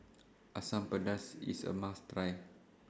Asam Pedas IS A must Try